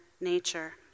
nature